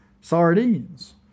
Sardines